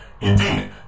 Indeed